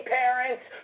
parents